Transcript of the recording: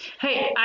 Hey